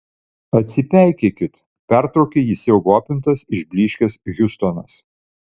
atsipeikėkit pertraukė jį siaubo apimtas išblyškęs hiustonas